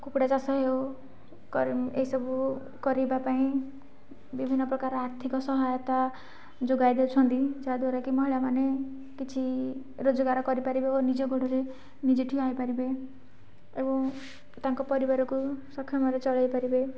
କୁକୁଡ଼ା ଚାଷ ହେଉ ଏଇସବୁ କରିବା ପାଇଁ ବିଭିନ୍ନ ପ୍ରକାର ଆର୍ଥିକ ସହାୟତା ଯୋଗାଇ ଦେଉଛନ୍ତି ଯାହାଦ୍ୱାରାକି ମହିଳାମାନେ କିଛି ରୋଜଗାର କରି ପାରିବେ ଓ ନିଜ ଗୋଡ଼ରେ ନିଜେ ଠିଆ ହୋଇପାରିବେ ଏବଂ ତାଙ୍କ ପରିବାରକୁ ସକ୍ଷମରେ ଚଳାଇ ପାରିବେ